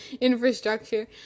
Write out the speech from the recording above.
infrastructure